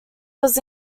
was